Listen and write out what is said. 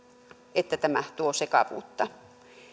että tämä tuo sekavuutta